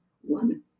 one